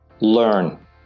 learn